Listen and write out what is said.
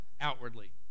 outwardly